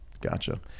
Gotcha